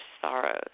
sorrows